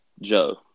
Joe